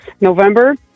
November